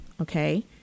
okay